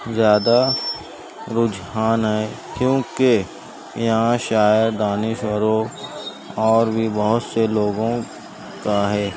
زیادہ رجحان ہے کیونکہ یہاں شاعر دانشوروں اور بھی بہت سے لوگوں کا ہے